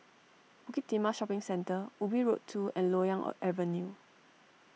Bukit Timah Shopping Centre Ubi Road two and Loyang Avenue